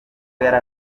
yari